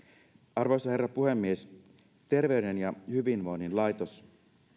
arvoisa herra puhemies terveyden ja hyvinvoinnin laitos